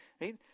Right